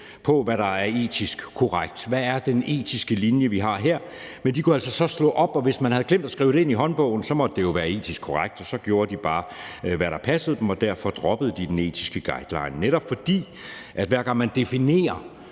hvad der var etisk korrekt, og hvad den etiske linje var. De kunne altså slå det op, og hvis man havde glemt at skrive noget ind i håndbogen, måtte det jo være etisk korrekt, og så gjorde de bare, hvad der passede dem, og derfor droppede man den etiske guideline. Det skyldtes netop, at hver gang man definerer